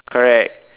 correct